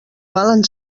valen